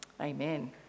Amen